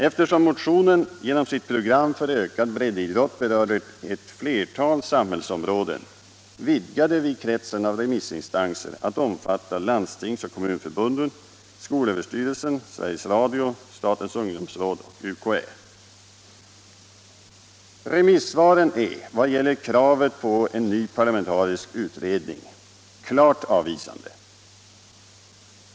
Eftersom motionen genom sitt pro — idrotten gram för ökad breddidrott berörde ett flertal samhällsområden, vidgade vi kretsen av remissinstanser till att omfatta Landstingsoch Kommunförbunden, skolöverstyrelsen, Sveriges Radio, statens ungdomsråd och UKÄ. Remissvaren är vad gäller kraven på en ny parlamentarisk utredning klart avvisande.